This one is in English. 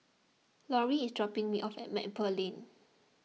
Laurie is dropping me off at Maple Lane